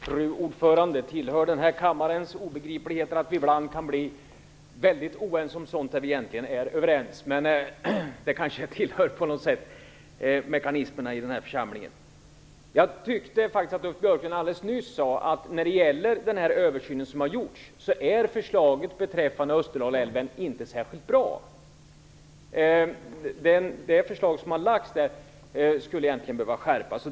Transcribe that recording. Fru talman! Det tillhör den här kammarens obegripligheter att vi ibland kan bli mycket oense om sådant som vi egentligen är överens om. Det kanske är en av mekanismerna i den här församlingen. Jag tyckte faktiskt att Ulf Björklund alldeles nyss sade att det förslag som utredningsmannen hade beträffande Österdalälven inte var särskilt bra. Det förslag som har lagts fram skulle egentligen behöva skärpas.